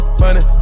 money